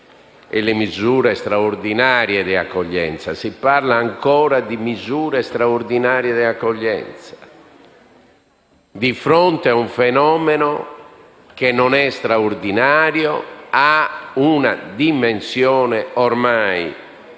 alle misure straordinarie di accoglienza. Si parla ancora di misure straordinarie di accoglienza, di fronte ad un fenomeno che non è straordinario, ma ha una dimensione ormai